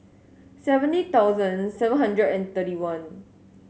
seventy thousand seven hundred and thirty one